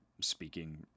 speaking